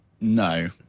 No